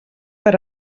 per